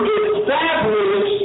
establish